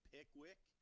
Pickwick